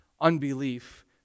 unbelief